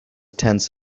tense